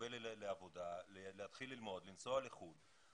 להתקבל לעבודה, להתחיל ללמוד, לנסוע לחוץ לארץ.